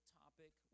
topic